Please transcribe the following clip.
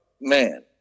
man